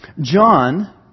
John